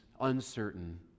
uncertain